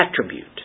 attribute